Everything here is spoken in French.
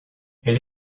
elle